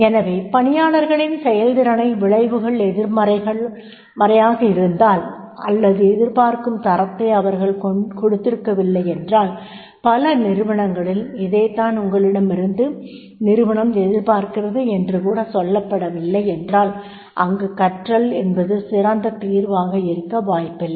எனவே பணியாளர்களின் செயல்திறனின் விளைவுகள் எதிர்மறையாக இருந்தால் அல்லது எதிர்பார்க்கும் தரத்தை அவர்கள் கொடுத்திருக்கவில்லை என்றால் பல நிறுவனங்களில் இதைதான் உங்களிடமிருந்து நிறுவனம் எதிர்பார்க்கிறது என்று கூட சொல்லப்படவில்லை என்றால் அங்கு கற்றல் என்பது சிறந்த தீர்வாக இருக்க வாய்ப்பில்லை